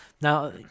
now